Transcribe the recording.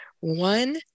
One